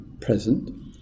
present